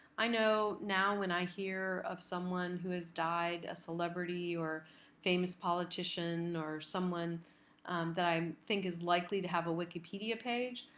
i know now when i hear of someone who has died, a celebrity or famous politician or someone that i think is likely to have a wikipedia page,